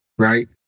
right